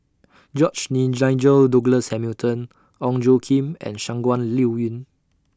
George Nigel Douglas Hamilton Ong Tjoe Kim and Shangguan Liuyun